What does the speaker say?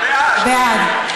בעד.